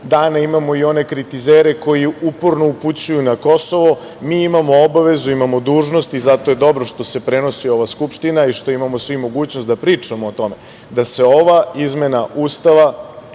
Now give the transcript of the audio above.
dana imamo i one kritizere koji uporno upućuju na Kosovo, mi imamo obavezu, imamo dužnost i zato je dobro što se prenosi ova Skupština i što imamo svi mogućnost da pričamo o tome, da se ova izmena Ustava